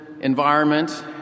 environment